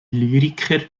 lyriker